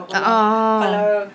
uh